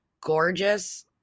gorgeous